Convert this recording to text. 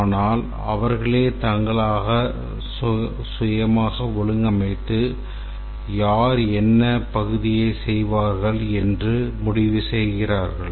ஆனால் அவர்களே தங்களை சுயமாக ஒழுங்கமைத்து யார் என்ன பகுதியை செய்வார்கள் என்று முடிவு செய்கிறார்கள்